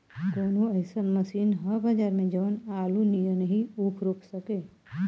कवनो अइसन मशीन ह बजार में जवन आलू नियनही ऊख रोप सके?